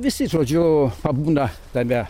visi žodžiu pabūna tame